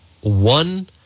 one